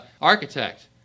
architect